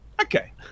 Okay